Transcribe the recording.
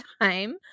time